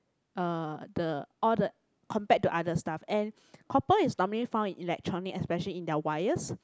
uh the all the compared to other stuff and copper is normally found in electronics especially in their wires